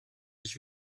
ich